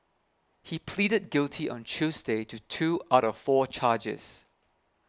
he pleaded guilty on Tuesday to two out of four charges